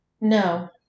No